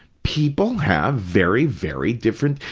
people have very, very different,